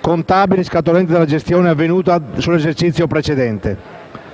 contabili scaturenti dalla gestione avvenuta nell'esercizio precedente.